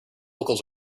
vocals